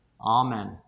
Amen